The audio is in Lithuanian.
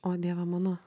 o dieve mano